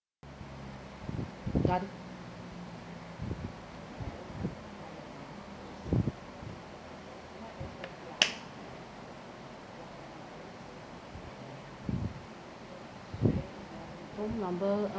home number